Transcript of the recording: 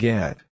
Get